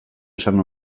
esan